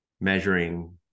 measuring